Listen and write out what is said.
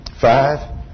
five